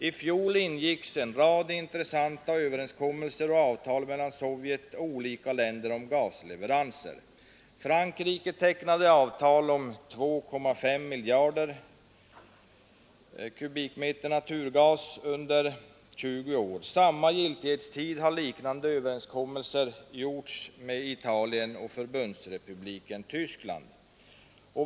I fjol ingicks en rad intressanta överenskommelser och avtal mellan Sovjet och olika länder om gasleveranser från Sovjet. Frankrike tecknade avtal om leverans av 2,5 miljarder kubikmeter naturgas under 20 år. Samma giltighetstid har liknande överenskommelser med Italien och Förbundsrepubliken Tyskland.